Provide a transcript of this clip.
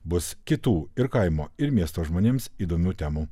bus kitų ir kaimo ir miesto žmonėms įdomių temų